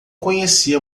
conhecia